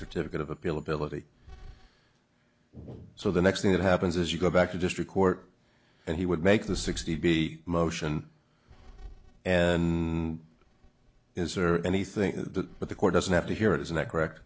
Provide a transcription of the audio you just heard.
certificate of appeal ability so the next thing that happens is you go back to district court and he would make the sixty b motion and is there anything that but the court doesn't have to hear it isn't that correct